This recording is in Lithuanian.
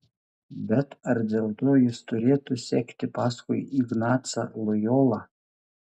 bet ar dėl to jis turėtų sekti paskui ignacą lojolą